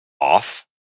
off